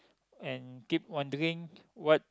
and keep wondering what